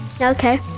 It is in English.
Okay